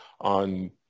on